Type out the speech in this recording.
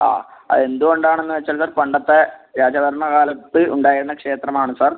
ആ അത് എന്തുകൊണ്ടാണെന്ന് വെച്ചാൽ പണ്ടത്തെ രാജഭരണ കാലത്ത് ഉണ്ടായിരുന്ന ക്ഷേത്രം ആണ് സാർ